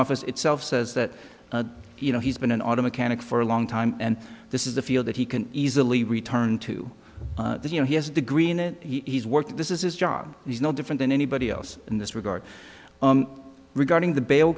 office itself says that you know he's been an auto mechanic for a long time and this is the feel that he can easily return to you know he has a degree in it he's worked this is his job he's no different than anybody else in this regard regarding the bail